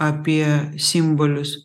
apie simbolius